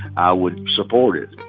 i would support it.